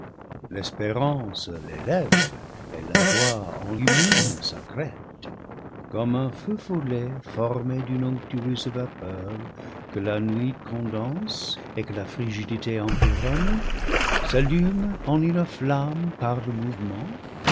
l'espérance l'élève et la joie enlumine sa crête comme un feu follet formé d'une onctueuse vapeur que la nuit condense et que la frigidité environne s'allume en une flamme par le mouvement